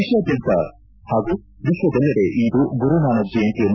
ದೇಶಾದ್ಮಂತ ಹಾಗೂ ವಿಶ್ವದೆಲ್ಲೆಡೆ ಇಂದು ಗುರುನಾನಕ್ ಜಯಂತಿಯನ್ನು